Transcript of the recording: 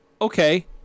okay